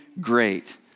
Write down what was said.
great